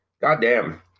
goddamn